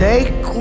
Take